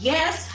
Yes